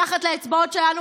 מתחת לאצבעות שלנו,